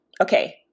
Okay